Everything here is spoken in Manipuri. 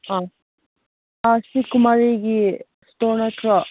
ꯑꯥ ꯑꯥ ꯁꯤ ꯀꯨꯃꯥꯔꯤꯒꯤ ꯁ꯭ꯇꯣꯔ ꯅꯠꯇ꯭ꯔꯣ